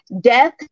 death